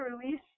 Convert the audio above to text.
release